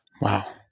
Wow